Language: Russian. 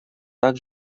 так